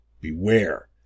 Beware